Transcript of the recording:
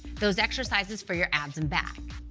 those exercises for your abs and back,